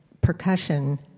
percussion